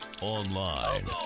online